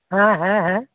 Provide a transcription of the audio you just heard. ᱦᱮᱸ ᱦᱮᱸ ᱦᱮᱸ